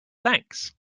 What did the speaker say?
thanks